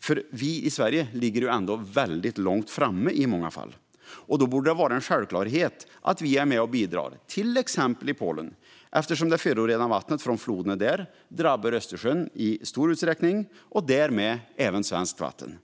eftersom vi i Sverige ändå ligger väldigt långt framme. Då borde det vara en självklarhet att vi är med och bidrar till exempel i Polen, eftersom det förorenade vattnet från floderna där i stor utsträckning drabbar Östersjön och därmed även svenskt vatten.